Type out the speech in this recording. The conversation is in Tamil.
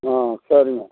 ஆ சரிங்க